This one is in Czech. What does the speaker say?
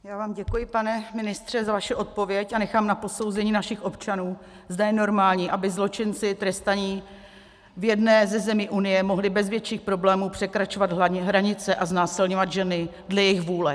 Já vám děkuji, pane ministře, za vaši odpověď a nechám na posouzení našich občanů, zda je normální, aby zločinci trestaní v jedné ze zemí Unie mohli bez větších problémů překračovat hranice a znásilňovat ženy dle své vůle.